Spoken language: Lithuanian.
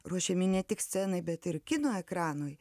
ruošiami ne tik scenai bet ir kino ekranui